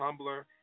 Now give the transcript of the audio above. tumblr